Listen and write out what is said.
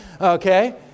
Okay